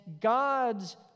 God's